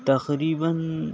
تقریباً